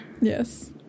Yes